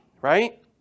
right